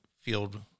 field